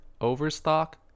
Overstock